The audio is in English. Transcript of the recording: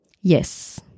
Yes